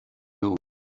known